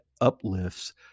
uplifts